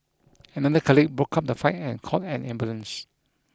another colleague broke up the fight and called an ambulance